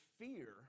fear